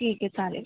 ठीक आहे चालेल